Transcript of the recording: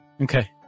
Okay